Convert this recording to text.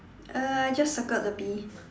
uh I just circled the bee